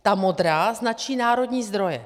Ta modrá značí národní zdroje.